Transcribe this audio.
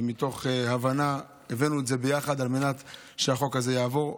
ומתך הבנה הבאנו את זה ביחד על מנת שהחוק הזה יעבור.